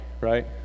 right